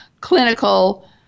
clinical